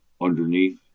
underneath